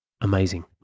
Amazing